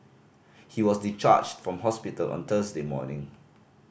he was discharged from hospital on Thursday morning